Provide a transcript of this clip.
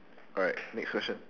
alright next question